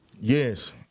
Yes